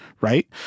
right